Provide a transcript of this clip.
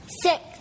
six